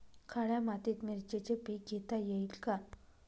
काळ्या मातीत मिरचीचे पीक घेता येईल का?